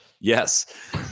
yes